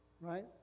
Right